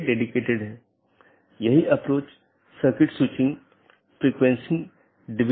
यह एक शब्दावली है या AS पाथ सूची की एक अवधारणा है